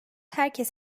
herkes